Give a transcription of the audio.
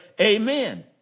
Amen